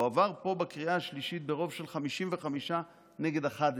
הוא עבר פה בקריאה השלישית ברוב של 55 נגד 11,